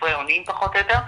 חסרי אונים פחות או יותר,